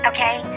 Okay